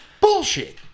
bullshit